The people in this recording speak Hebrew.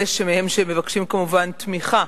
אלה מהם שמבקשים תמיכה,